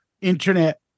internet